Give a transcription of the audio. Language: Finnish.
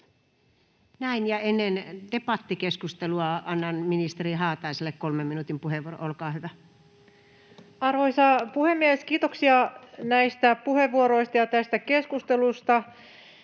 ennen debattikeskustelua annan ministeri Haataiselle 3 minuutin puheenvuoron. Olkaa hyvä. Arvoisa puhemies! Kiitoksia näistä puheenvuoroista ja tästä keskustelusta.